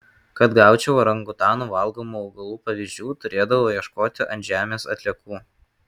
kad gaučiau orangutanų valgomų augalų pavyzdžių turėdavau ieškoti ant žemės atliekų